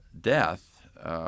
death